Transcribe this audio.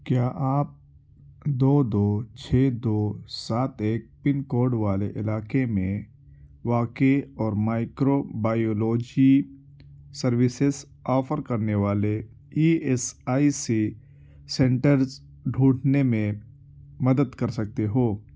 کیا آپ دو دو چھ دو سات ایک پن کوڈ والے علاقے میں واقع اور مائیکرو بایولوجی سروسیز آفر کرنے والے E S I C centres ڈھونڈنے میں مدد کر سکتے ہو